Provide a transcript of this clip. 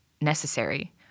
necessary